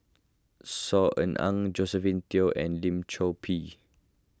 Saw Ean Ang Josephine Teo and Lim Chor Pee